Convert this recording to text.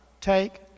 take